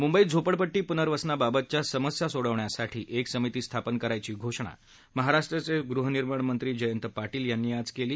मुंबईत झोपडपट्टी पुनर्वसनाबाबतच्या समस्या सोडवण्यासाठी एक समिती स्थापन करण्याची घोषणा महाराष्ट्राचे गृहनिर्माण मंत्री जयंत पाटील यांनी आज केली